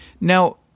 Now